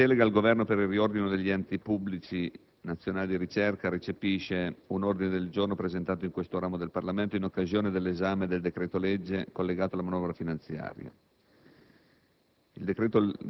la delega al Governo per il riordino degli enti pubblici nazionali di ricerca recepisce un ordine del giorno presentato in questo ramo del Parlamento in occasione dell'esame del decreto-legge collegato alla manovra finanziaria.